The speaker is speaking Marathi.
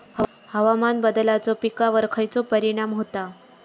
हवामान बदलाचो पिकावर खयचो परिणाम होता?